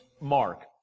mark